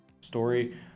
story